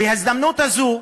בהזדמנות הזאת,